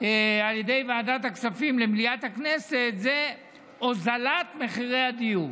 מוועדת הכספים למליאת הכנסת, הורדת מחירי הדיור.